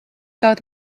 kaut